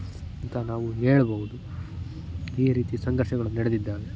ಅಂತ ನಾವು ಹೇಳ್ಬಹುದು ಈ ರೀತಿ ಸಂಘರ್ಷಗಳು ನಡೆದಿದ್ದಾವೆ